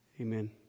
amen